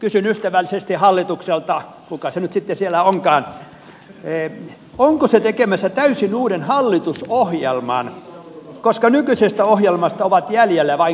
kysyn ystävällisesti hallitukselta kuka se nyt sitten siellä onkaan onko se tekemässä täysin uuden hallitusohjelman koska nykyisestä ohjelmasta ovat jäljellä vain kannet